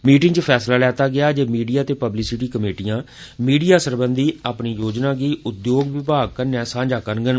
meeting च फैसला कीता गेआ जे मीडिया ते पब्लिसिटी कमेटियां मीडिया सरबंधी अपनी योजना गी उद्योग विभाग कन्नै सांझा करगंन